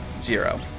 zero